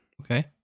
Okay